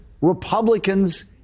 Republicans